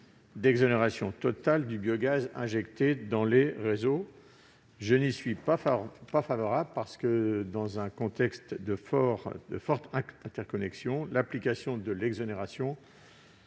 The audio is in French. d'exonération totale du biogaz injecté dans les réseaux. Je n'y suis pas favorable, car, dans un contexte de forte interconnexion des réseaux, l'application de l'exonération